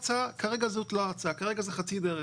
כרגע זאת לא ההצעה, כרגע זה חצי דרך.